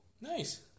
Nice